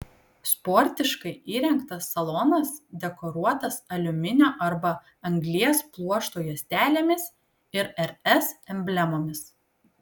sportiškai įrengtas salonas dekoruotas aliuminio arba anglies pluošto juostelėmis ir rs emblemomis